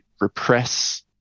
repress